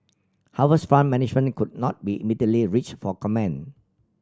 Harvest Fund Management could not be immediately reached for comment